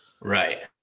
right